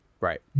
right